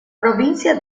provincia